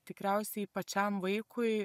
tikriausiai pačiam vaikui